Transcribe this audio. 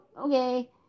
okay